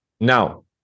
Now